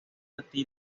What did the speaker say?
ejemplo